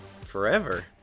forever